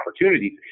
opportunities